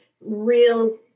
real